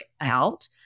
out